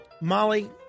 Molly